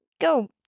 go